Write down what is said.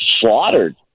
slaughtered